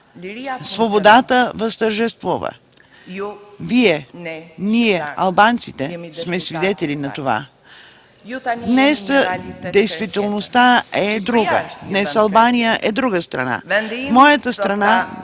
„Свободата възтържествува!” Вие, ние, албанците, сме свидетели на това. Днес действителността е друга. Днес Албания е друга страна. В моята страна